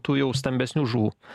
tų jau stambesnių žuvų